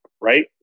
right